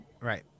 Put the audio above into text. right